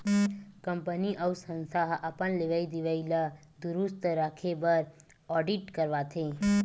company अउ संस्था ह अपन लेवई देवई ल दुरूस्त राखे बर आडिट करवाथे